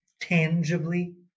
tangibly